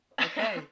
Okay